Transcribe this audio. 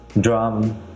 drum